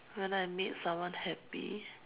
when I made someone happy